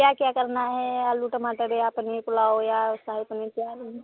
क्या क्या करना है आलू टमाटर या पनीर पुलाव या शाही पनीर क्या लेंगे